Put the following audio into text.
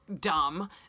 dumb